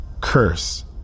curse